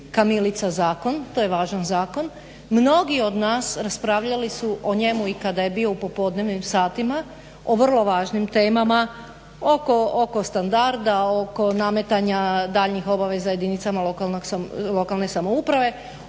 kamilica zakon, to je važan zakon. Mnogi od nas raspravljali su o njemu i kada je bio i u popodnevnim satima, o vrlo važnim temama oko standarda, oko nametanja daljnjih obaveza jedinicama lokalne samouprave